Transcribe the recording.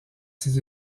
ses